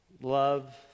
Love